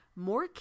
more